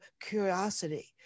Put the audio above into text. curiosity